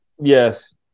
Yes